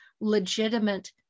legitimate